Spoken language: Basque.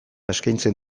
eskaintzen